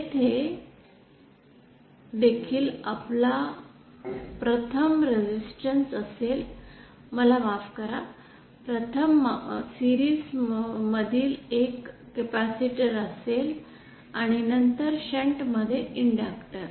येथे देखील आपला प्रथम रेसिस्टन्स असेल मला माफ करा प्रथम मालिकेतील एक कॅपेसिटर असेल आणि नंतर शंट मध्ये इंडक्टर